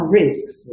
risks